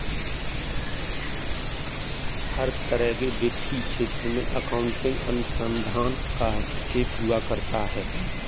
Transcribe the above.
हर तरह के वित्तीय क्षेत्र में अकाउन्टिंग अनुसंधान का हस्तक्षेप हुआ करता है